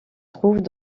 trouvent